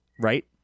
Right